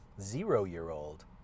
zero-year-old